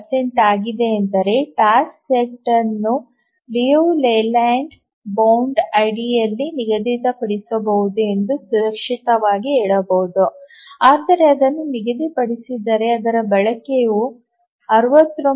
2 ಆಗಿದೆಯೆಂದರೆ task set ಅನ್ನು Liu Layland bound ಅಡಿಯಲ್ಲಿ ನಿಗದಿಪಡಿಸಬಹುದು ಎಂದು ಸುರಕ್ಷಿತವಾಗಿ ಹೇಳಬಹುದು ಆದರೆ ಅದನ್ನು ನಿಗದಿಪಡಿಸದಿದ್ದರೆ ಅದರ ಬಳಕೆ 69